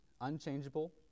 unchangeable